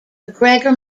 macgregor